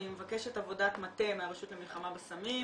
אני מבקשת עבודת מטה מהרשות למלחמה בסמים.